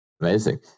Amazing